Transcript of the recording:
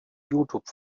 youtube